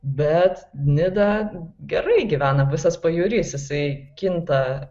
bet nida gerai gyvena visas pajūris jisai kinta